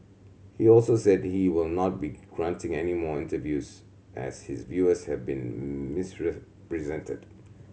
he also said he will not be granting any more interviews as his views have been misrepresented